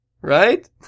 right